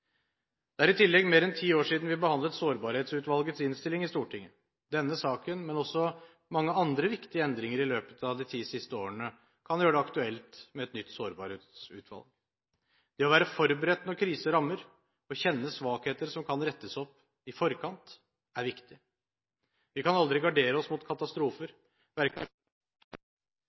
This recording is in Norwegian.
Det er i tillegg mer enn ti år siden vi behandlet Sårbarhetsutvalgets innstilling i Stortinget. Denne saken, men også mange andre viktige endringer i løpet av de ti siste årene, kan gjøre det aktuelt med et nytt sårbarhetsutvalg. Det å være forberedt når kriser rammer, og kjenne svakheter som kan rettes opp i forkant, er viktig. Vi kan aldri gardere oss mot katastrofer, verken